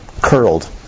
curled